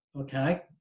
Okay